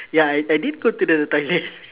ya I I did go to the toilet